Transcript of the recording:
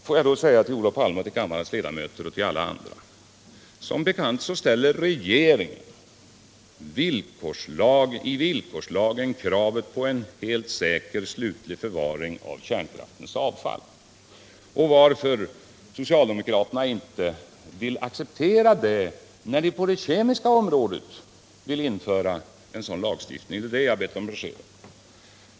Får jag då säga till Olof Palme, kammarens ledamöter och alla andra: Som bekant ställer regeringen i villkorslagen kravet på en helt säker slutlig förvaring av kärnkraftens avfall. Varför vill inte socialdemokraterna acceptera det, när de på det kemiska området vill införa en sådan lagstiftning? Det är det som jag har bett att få ett besked om.